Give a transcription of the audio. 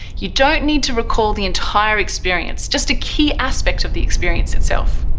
you don't need to recall the entire experience just a key aspect of the experience itself.